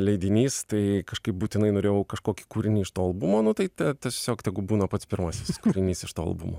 leidinys tai kažkaip būtinai norėjau kažkokį kūrinį iš to albumo nu tai tiesiog tegu būna pats pirmasis kūrinys iš to albumo